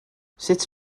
sut